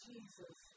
Jesus